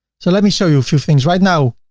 so let me show you a few things. right now,